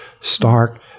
stark